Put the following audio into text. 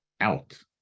out